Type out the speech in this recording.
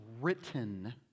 written